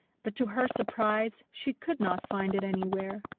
but to her surprise she could not find it anywhere.